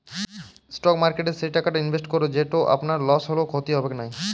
stock মার্কেটে সেই টাকাটা ইনভেস্ট করো যেটো আপনার লস হলেও ক্ষতি হবেক নাই